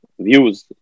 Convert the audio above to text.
views